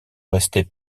rester